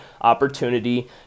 opportunity